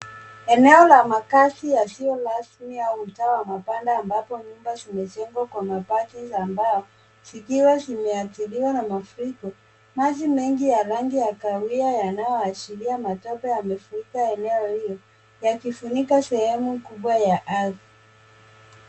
Eneo la makazi yasiyo rasmi au mtaa wa mabanda ambapo nyumba zimejengwa kwa mabati na mbao zikiwa zimeathiriwa na mafuriko. Maji mengi ya rangi ya kahawia yanayoashiria matope yamefurika eneo hiyo yakifunika sehemu kubwa ya ardhi.